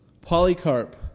Polycarp